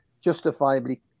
justifiably